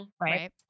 Right